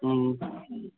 ꯎꯝ